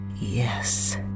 yes